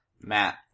Matt